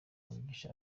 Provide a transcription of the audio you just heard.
mubisha